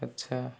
ଆଚ୍ଛା